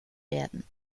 werden